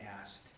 asked